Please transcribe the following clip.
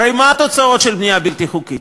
הרי מה התוצאות של בנייה בלתי חוקית?